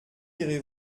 irez